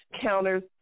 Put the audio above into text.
counters